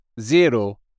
zero